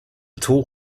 tall